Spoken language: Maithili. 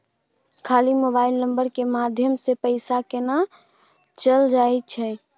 खाली मोबाइल नंबर के माध्यम से पैसा केना चल जायछै?